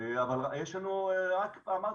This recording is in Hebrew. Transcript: יש לנו פערים.